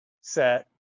set